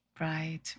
Right